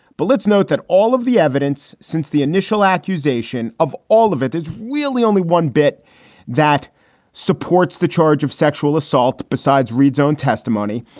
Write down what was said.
but let's note that all of the evidence since the initial accusation of all of it is really only one bit that supports the charge of sexual assault. besides reid's own testimony,